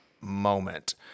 moment